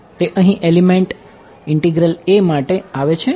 તે અહીં element a માટે આવે છે